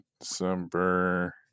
december